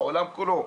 בעולם כולו.